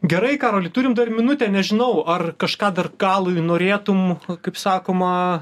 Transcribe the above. gerai karoli turim dar minutę nežinau ar kažką dar galui norėtum kaip sakoma